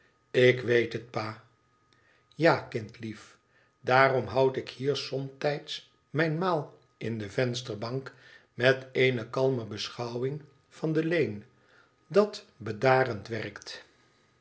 lik weet het pa ja kind lief daarom houd ik hier somtijds mijn maal in de vensterbank met eene kalme beschouwing van de lane dat bedarend werkt